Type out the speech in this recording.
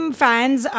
fans